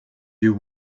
you